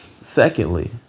secondly